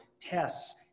tests